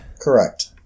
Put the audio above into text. correct